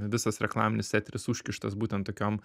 visas reklaminis eteris užkištas būten tokiom